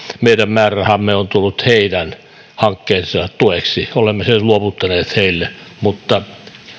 meidän määrärahamme on tullut heidän hankkeensa tueksi olemme sen luovuttaneet heille mutta